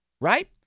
right